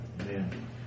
Amen